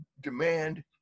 demand